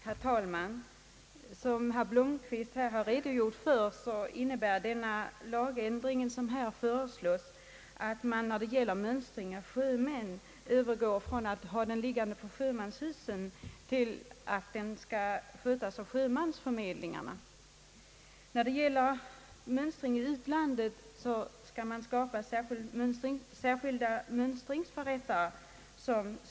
Herr talman! Såsom herr Blomquist har nämnt innebär den lagändring som föreslås, att mönstringen av sjömän skall flyttas från sjömanshusen till sjömansförmedlingarna. Mönstringen i utlandet skall skötas av särskilda mönstringsförrättare.